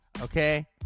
Okay